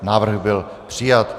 Návrh byl přijat.